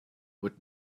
would